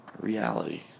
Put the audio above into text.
reality